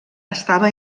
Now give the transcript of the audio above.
estava